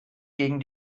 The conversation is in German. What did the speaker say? gegen